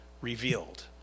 revealed